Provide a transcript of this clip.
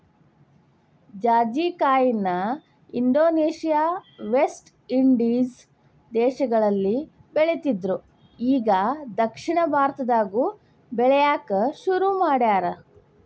ಜಾಜಿಕಾಯಿನ Indonesia, West Indies ದೇಶಗಳಲ್ಲಿ ಬೆಳಿತ್ತಿದ್ರು ಇಗಾ ದಕ್ಷಿಣ ಭಾರತದಾಗು ಬೆಳ್ಯಾಕ ಸುರು ಮಾಡ್ಯಾರ